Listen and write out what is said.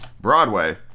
Broadway